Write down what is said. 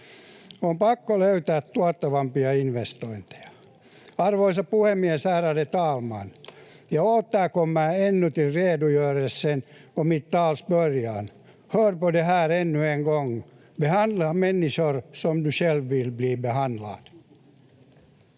On pakko löytää tuottavampia investointeja. Arvoisa puhemies, ärade talman! Jag återkommer ännu till redogörelsen och mitt tals början. Hör på det här ännu en gång: Behandla människor som du själv vill bli behandlad.